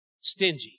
stingy